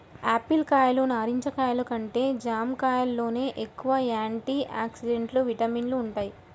Apple కాయలు, నారింజ కాయలు కంటే జాంకాయల్లోనే ఎక్కువ యాంటీ ఆక్సిడెంట్లు, విటమిన్లు వుంటయ్